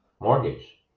mortgage